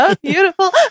beautiful